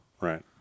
Right